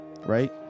right